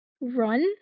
Run